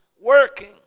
working